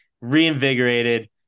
reinvigorated